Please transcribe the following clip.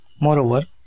Moreover